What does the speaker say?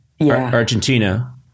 Argentina